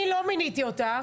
אני לא מיניתי אותה,